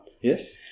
Yes